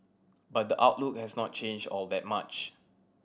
but the outlook has not changed all that much